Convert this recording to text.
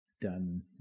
done